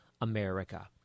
America